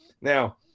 Now